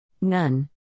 None